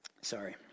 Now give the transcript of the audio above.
Sorry